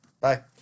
Bye